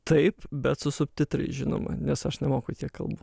taip bet su subtitrais žinoma nes aš nemoku tiek kalbų